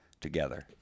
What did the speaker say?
together